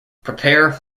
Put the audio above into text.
prepare